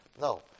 No